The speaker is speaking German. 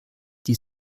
die